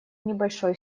небольшой